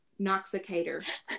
Noxicator